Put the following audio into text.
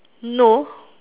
no